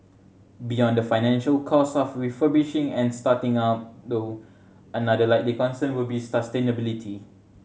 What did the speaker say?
beyond the financial cost of refurbishing and starting up though another likely concern will be sustainability